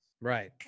Right